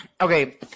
okay